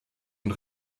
und